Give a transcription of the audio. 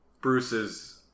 Bruce's